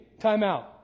timeout